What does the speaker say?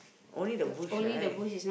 only the bush right